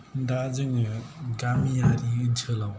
दा जोंनि गामियारि ओनसोलाव